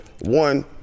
one